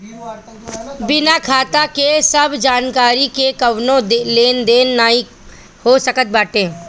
बिना खाता के सब जानकरी के कवनो लेन देन नाइ हो सकत बाटे